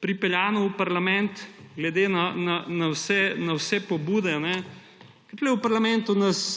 pripeljano v parlament glede na vse pobude. Tu v parlamentu,